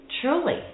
truly